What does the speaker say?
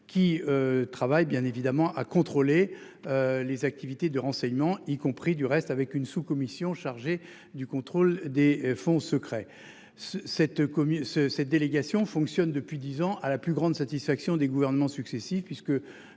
Qui travaille bien évidemment à contrôler. Les activités de renseignement y compris du reste avec une sous-commission chargée du contrôle des fonds secrets. Cette commune ce cette délégation fonctionne depuis 10 ans à la plus grande satisfaction des gouvernements successifs puisque.